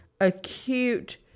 acute